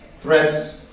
threats